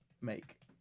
make